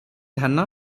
ଧାନ